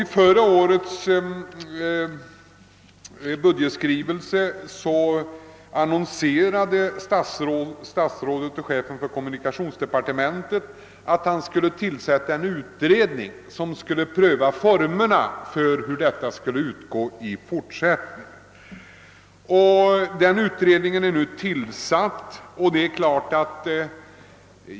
I förra årets budgetförslag annonserade statsrådet och chefen för kommunikationsdepartementet att han skulle tillsätta en utredning som skulle pröva formerna för hur detta anslag skulle utgå i fortsättningen. Denna utredning är nu tillsatt.